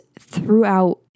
throughout